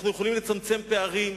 אנחנו יכולים לצמצם פערים.